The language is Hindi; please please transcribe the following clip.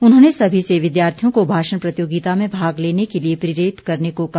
उन्होंने सभी से विद्यार्थियों को भाषण प्रतियोगिता मे भाग लेने के लिए प्रेरित करने को कहा